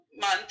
month